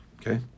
Okay